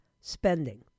spending